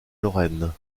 lorraine